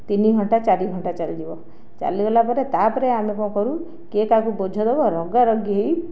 ତିନି ଘଣ୍ଟା ଚାରି ଘଣ୍ଟା ଚାଲିଯିବ ଚାଲିଗଲା ପରେ ତା ପରେ ଆମେ କଣ କରୁ କିଏ କାହାକୁ ବୋଝ ଦେବ ରଗା ରଗି ହୋଇ